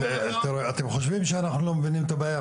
אתם חושבים שאנחנו מבינים את הבעיה,